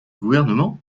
gouvernement